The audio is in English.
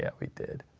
yeah we did.